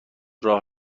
راه